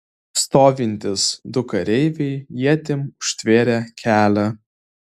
stovintys du kareiviai ietim užtvėrė kelią